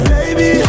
baby